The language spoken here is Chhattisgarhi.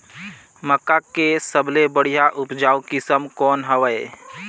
मक्का के सबले बढ़िया उपजाऊ किसम कौन हवय?